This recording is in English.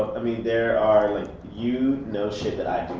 i mean there are like you know shit that i